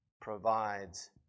provides